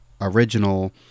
original